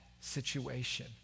situation